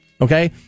Okay